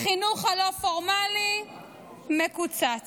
החינוך הלא-פורמלי, מקוצץ.